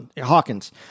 Hawkins